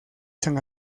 san